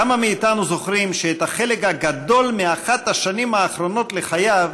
כמה מאיתנו זוכרים שאת החלק הגדול מאחת השנים האחרונות לחייו